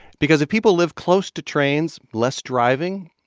because if people live close to trains, less driving,